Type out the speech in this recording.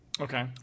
Okay